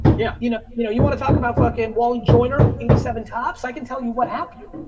yeah. you know, you know you want to talk about fucking wally joyner, eighty seven tops, i can tell you what have you,